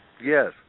Yes